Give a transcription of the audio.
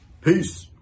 Peace